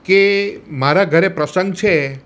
કે મારા ઘરે પ્રસંગ છે